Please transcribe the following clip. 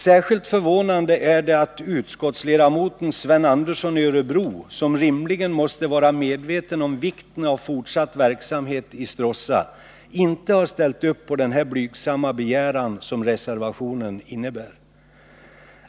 Särskilt förvånande är det att utskottsledamoten Sven Andersson i Örebro, som rimligen måste vara medveten om vikten av fortsatt verksamhet i Stråss; inte har ställt upp på den blygsamma begäran som reservationen innebär.